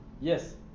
Yes